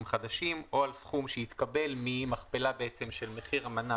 חדשים או סכום שהתקבל ממכפלה של מחיר המנה,